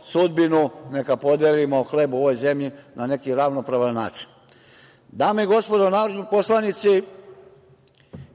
sudbinu, neka podelimo hleb u ovoj zemlji na neki ravnopravan način. Dame i gospodo narodni poslanici,